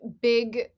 big